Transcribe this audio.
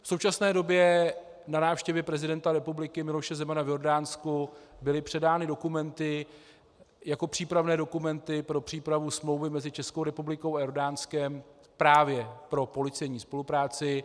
V současné době na návštěvě prezidenta republiky Miloše Zemana v Jordánsku byly předány dokumenty jako přípravné dokumenty pro přípravu smlouvy mezi Českou republikou a Jordánskem právě pro policejní spolupráci.